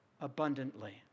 abundantly